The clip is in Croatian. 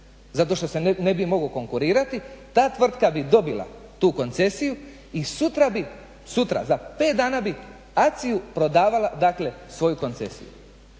zato što se ne bi mogao konkurirati. Ta tvrtka bi dobila tu koncesiju i sutra bi, sutra, za pet dana bi ACI-u prodavala, dakle svoju koncesiju.